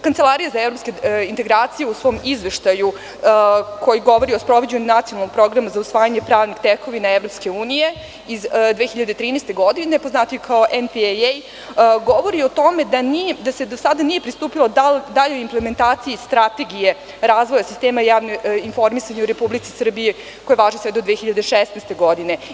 Kancelarija za evropske integracije u svom izveštaju koji govori o sprovođenju nacionalnog programa za usvajanje pravnih tekovina EU iz 2013. godine poznatiji kao NPAA govori o tome da se do sada nije pristupilo daljoj implementaciji Strategiji razvoja sistema javnog informisanja u Republici Srbiji koji važi sve do 2016. godine.